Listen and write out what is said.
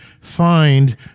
find